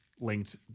linked